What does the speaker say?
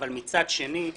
אבל מצד שני,